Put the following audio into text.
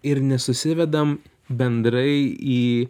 ir nesusivedam bendrai į